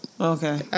Okay